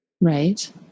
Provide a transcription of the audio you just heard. Right